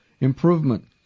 improvement